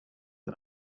the